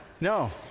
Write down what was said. No